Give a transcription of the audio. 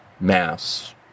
Mass